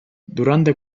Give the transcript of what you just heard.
durante